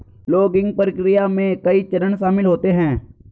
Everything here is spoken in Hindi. लॉगिंग प्रक्रिया में कई चरण शामिल होते है